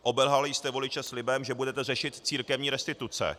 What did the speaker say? Obelhali jste voliče slibem, že budete řešit církevní restituce.